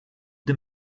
the